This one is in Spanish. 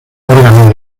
órganos